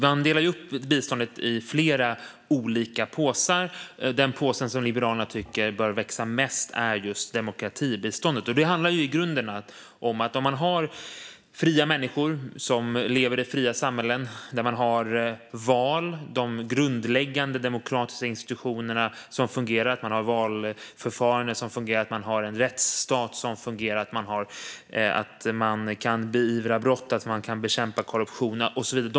Man delar upp biståndet i flera olika påsar, och den påse som Liberalerna tycker bör växa mest är den för demokratibiståndet. Det handlar i grunden om fria människor som lever i fria samhällen där man har val, grundläggande demokratiska institutioner som fungerar, valförfaranden som fungerar och en rättsstat som fungerar och där man kan beivra brott, bekämpa korruption och så vidare.